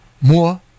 more